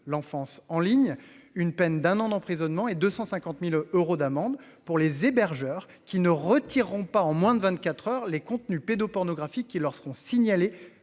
l'enfance en ligne une peine d'un an d'emprisonnement et 250.000 euros d'amende pour les hébergeurs qui ne retireront pas en moins de 24h les contenus pédopornographiques qui leur seront signalés